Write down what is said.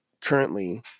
currently